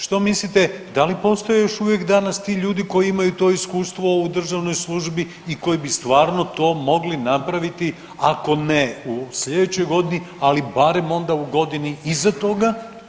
Što mislite, da li postoji još uvijek danas ti ljudi koji imaju to iskustvo u državnoj služi i koji bi stvarno to mogli napraviti ako ne u sljedećoj godini, ali barem onda u godini iza toga?